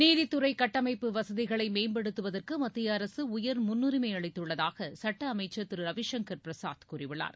நீதித்துறை கட்டமைப்பு வசதிகளை மேம்படுத்துவதற்கு மத்திய அரசு உயர் முன்னுரிமை அளித்துள்ளதாக சட்ட அமைச்சர் திரு ரவிசங்கர் பிரசாத் கூறியுள்ளார்